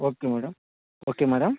okay madam okay madam